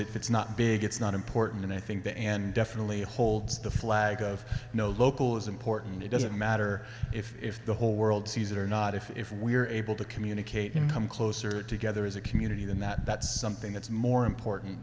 if it's not big it's not important and i think the and definitely holds the flag of no local is important it doesn't matter if the whole world sees it or not if we are able to communicate and come closer together as a community and that that's something that's more important